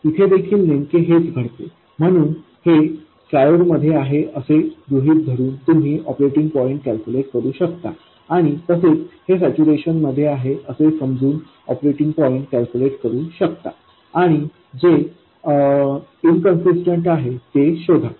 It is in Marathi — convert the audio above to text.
इथे देखील नेमके हेच घडते म्हणून हे ट्रायओड मध्ये आहे असे गृहित धरून तुम्ही ऑपरेटिंग पॉईंट कॅल्क्युलेट करू शकता आणि तसेच हे सॅच्युरेशन मध्ये आहे असे समजून ऑपरेटिंग पॉईंट कॅल्क्युलेट करू शकता आणि जे इनकन्सिस्टन्ट आहे ते शोधा